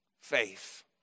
faith